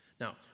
Now